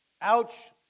Ouch